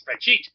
spreadsheet